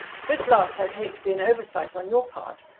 this last i take to be an oversight on your part,